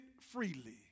freely